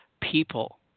people